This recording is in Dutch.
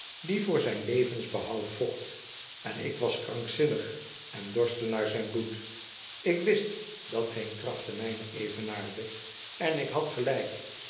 die voor zijn levensbehoud vocht en ik was krankzinnig en dorstte naar zijn bloed ik wist dat geen kracht de mijne evenaarde en ik had gelijk